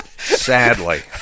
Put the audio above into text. Sadly